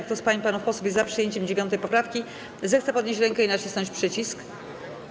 Kto z pań i panów posłów jest za przyjęciem 9. poprawki, zechce podnieść rękę i nacisnąć przycisk.